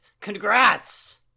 congrats